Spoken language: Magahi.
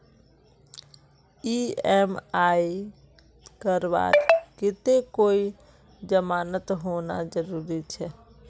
ई.एम.आई करवार केते कोई जमानत होना जरूरी छे?